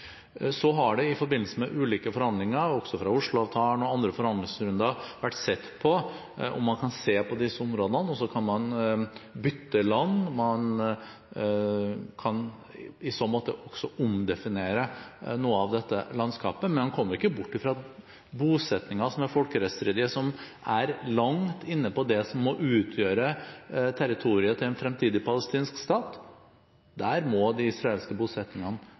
Så har det i forbindelse med ulike forhandlinger, også fra Oslo-avtalen og andre forhandlingsrunder, vært sett på om man kan se på disse områdene, og så kan man bytte land. Man kan i så måte også omdefinere noe av dette landskapet. Men man kommer ikke bort fra at de israelske bosettingene, som er folkerettsstridige, og som er langt inne på det som må utgjøre territoriet til en fremtidig palestinsk stat, må